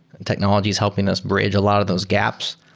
and technology is helping us bridge a lot of those gaps.